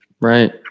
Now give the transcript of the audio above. right